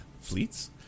fleets